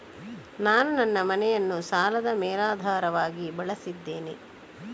ನಾನು ನನ್ನ ಮನೆಯನ್ನು ಸಾಲದ ಮೇಲಾಧಾರವಾಗಿ ಬಳಸಿದ್ದೇನೆ